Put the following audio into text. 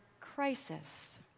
crisis